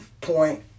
point